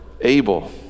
Abel